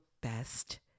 best